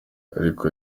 ariko